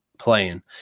playing